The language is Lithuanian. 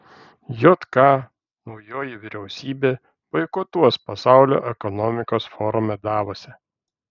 jk naujoji vyriausybė boikotuos pasaulio ekonomikos forume davose